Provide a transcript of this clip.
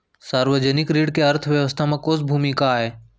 सार्वजनिक ऋण के अर्थव्यवस्था में कोस भूमिका आय?